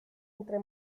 entre